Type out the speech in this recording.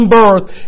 birth